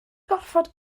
gorfod